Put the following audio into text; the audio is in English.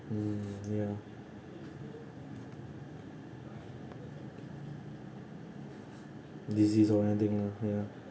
mm ya disease or anything lah ya